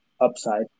Upside